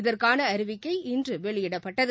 இதற்கானஅறிவிக்கை இன்றுவெளியிடப்பட்டது